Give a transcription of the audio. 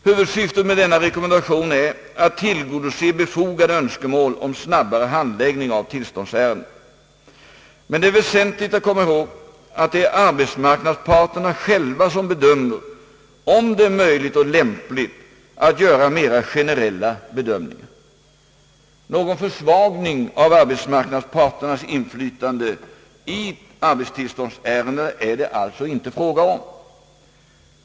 Huvud syftet med denna rekommendation är att tillgodose befogade önskemål om snabbare handläggning av tillståndsärenden, men det är väsentligt att komma ihåg att det är arbetsmarknadsparterna själva som avgör om det är möjligt och lämpligt att göra generella bedömningar. Någon försvagning av arbetsmarknadsparternas inflytande i arbetstillståndsärenden är det alltså inte fråga om.